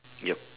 yup